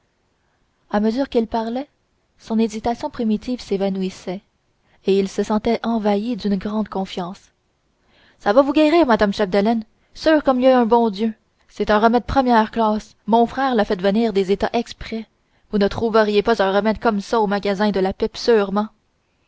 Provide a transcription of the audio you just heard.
à mesure qu'il parlait son hésitation primitive s'évanouissait et il se sentait envahi d'une grande confiance ça va vous guérir madame chapdelaine sûr comme il y a un bon dieu c'est un remède de première classe mon frère l'a fait venir des états exprès vous ne trouveriez pas un remède comme ça au magasin de la pipe sûrement